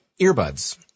earbuds